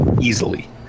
easily